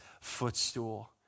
footstool